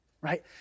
right